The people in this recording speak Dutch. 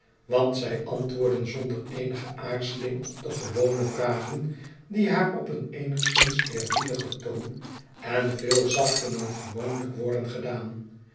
want zij antwoorden zonder eenigeaarzeling op de gewone vragen die haar op een eenigszins eerbiedigen toon en veel zachter dan gewoonlijk worden gedaan